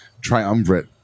triumvirate